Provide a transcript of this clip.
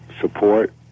support